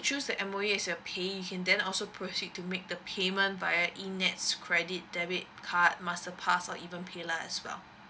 choose the M_O_E as your pay you can then also proceed to make the payment via enets credit debit card master pass or even paylah as well